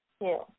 two